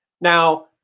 Now